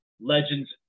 legends